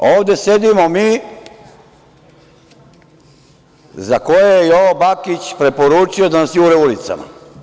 Ovde sedimo mi za koje je Jovo Bakić preporučio da nas jure ulicama.